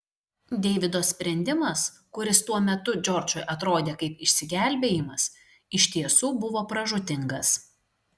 deivido sprendimas kuris tuo metu džordžui atrodė kaip išsigelbėjimas iš tiesų buvo pražūtingas